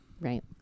right